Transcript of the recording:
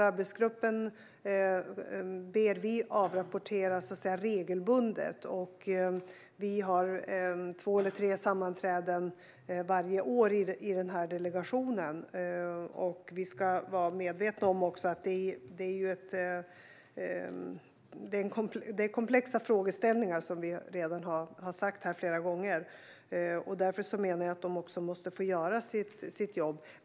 Arbetsgruppen ber vi regelbundet avrapportera. Vi har två eller tre sammanträden per år i delegationen. Vi ska också vara medvetna om att det är komplexa frågeställningar, och då måste man få tid att göra sitt jobb.